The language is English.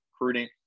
recruiting